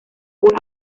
por